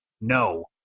No